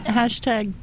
hashtag